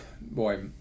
boy